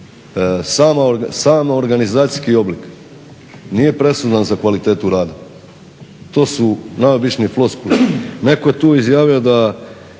sam organizacijski oblik nije presudan za kvalitetu rada. To su najobičnije floskule. Netko je tu izjavio da